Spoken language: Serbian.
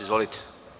Izvolite.